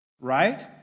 right